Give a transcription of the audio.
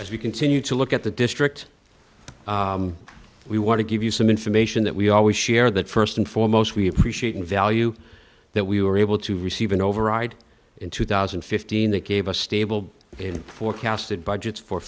as we continue to look at the district we want to give you some information that we always share that first and foremost we appreciate and value that we were able to receive an override in two thousand and fifteen that gave us stable and forecasted budgets for